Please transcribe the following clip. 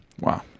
Wow